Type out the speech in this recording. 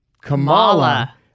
Kamala